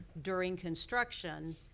during construction.